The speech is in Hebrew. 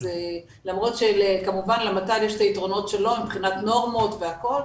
אז למרות שכמובן למת"ל יש את היתרונות שלו מבחינת נורמות והכל,